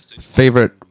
favorite